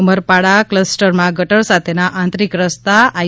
ઉમરપાડા ક્લસ્ટરમાં ગટર સાથેના આંતરિક રસ્તા આઇ